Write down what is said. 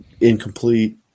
incomplete